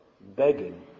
begging